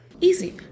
Easy